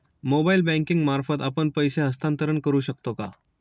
Mobile banking मार्फत आपण पैसे हस्तांतरण करू शकतो का?